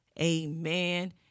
Amen